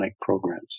Programs